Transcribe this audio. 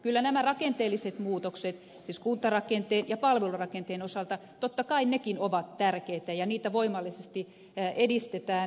kyllä nämä rakenteelliset muutokset totta kai siis kuntarakenteen ja palvelurakenteen osalta nekin ovat tärkeitä ja niitä voimallisesti edistetään